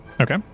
Okay